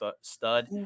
stud